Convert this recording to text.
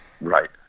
Right